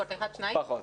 פחות.